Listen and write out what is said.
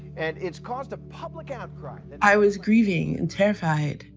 and it's caused a public outcry i was grieving and terrified.